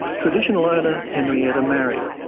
traditional owner, henrietta marrie.